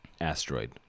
asteroid